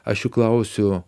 aš jų klausiu